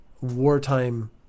wartime